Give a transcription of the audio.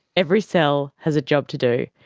every cell has a job to do,